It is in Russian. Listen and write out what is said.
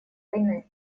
войны